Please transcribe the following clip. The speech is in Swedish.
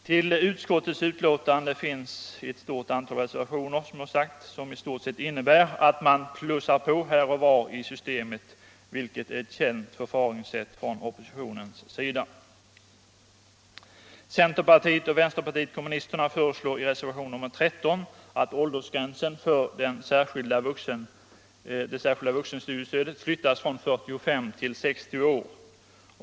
Vid utskottets betänkande finns som sagt fogat ett stort antal reservationer, som i stort sett innebär att man ”plussar på” här och var i systemet — ett känt förfaringssätt från oppositionens sida. nen 13 att åldersgränsen för det särskilda vuxenstudiestödet flyttas från 45 till 60 år.